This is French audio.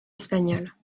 espagnole